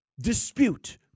dispute